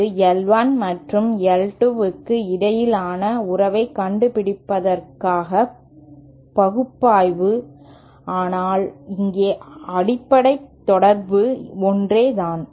அது I 1 மற்றும் I 2 க்கு இடையிலான உறவைக் கண்டுபிடிப்பதற்கான பகுப்பாய்வு ஆனால் இங்கே அடிப்படை தொடர்வு ஒன்றே தான்